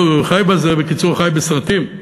חיב"ס זה קיצור של "חי בסרטים".